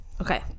okay